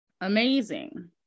Amazing